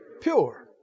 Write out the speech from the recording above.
Pure